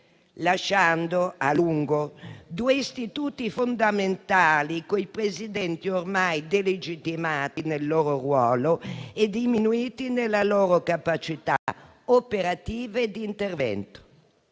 lasciando a lungo due istituti fondamentali con i presidenti ormai delegittimati nel loro ruolo e diminuiti nelle loro capacità operative e di intervento.